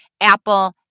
Apple